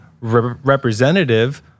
representative